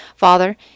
Father